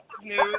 news